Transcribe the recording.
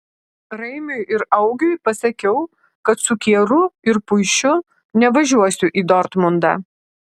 raimiui ir augiui pasakiau kad su kieru ir puišiu nevažiuosiu į dortmundą